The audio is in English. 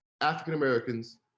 African-Americans